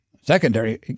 secondary